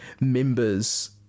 members